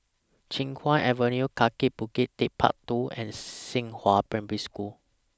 Chiap Guan Avenue Kaki Bukit Techpark two and Xinghua Primary School